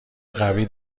قوی